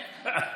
באמת.